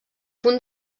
punt